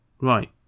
right